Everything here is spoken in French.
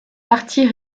partit